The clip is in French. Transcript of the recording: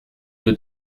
deux